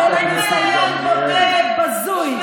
זה ניסיון בוטה ובזוי,